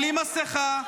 בלי מסכה,